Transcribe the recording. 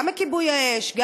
גם מכיבוי האש,